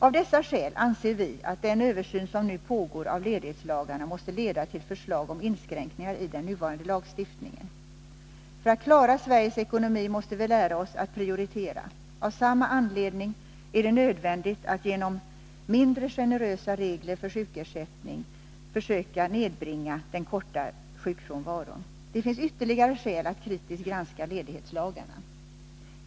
Av dessa skäl anser vi att den översyn som nu pågår av ledighetslagarna måste leda till förslag om inskränkningar i den nuvarande lagstiftningen. För att klara Sveriges ekonomi måste vi lära oss att prioritera. Av samma anledning är det nödvändigt att genom mindre generösa regler för sjukersättning försöka nedbringa den korta sjukfrånvaron. Det finns ytterligare skäl att kritiskt granska ledighetslagarna.